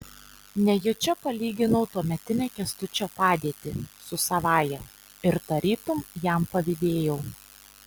nejučia palyginau tuometinę kęstučio padėtį su savąja ir tarytum jam pavydėjau